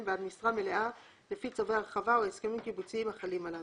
בעד משרה מלאה לפי צווי הרחבה או הסכמים קיבוציים החלים עליו.